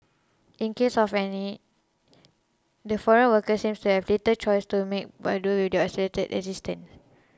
in case of any the foreign workers seem to have little choice to make but do with their isolated existence